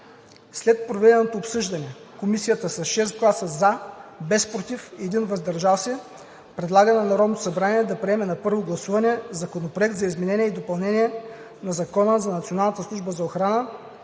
След проведеното обсъждане Комисията с 6 гласа „за“, без „против“ и 1 „въздържал се“ предлага на Народното събрание да приеме на първо гласуване Законопроект за изменение и допълнение на Закона за